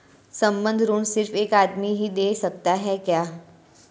संबंद्ध ऋण सिर्फ एक आदमी ही दे सकता है क्या?